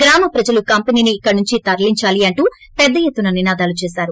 గ్రామ ప్రజలు కంపెనీ నీ ఇక్కడి నుండి తరలించాలి అంటూ పెద్ద ఎత్తున నినాదాలు చేశారు